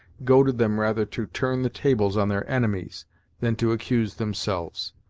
goaded them rather to turn the tables on their enemies than to accuse themselves.